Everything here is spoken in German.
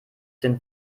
den